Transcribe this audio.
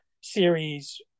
series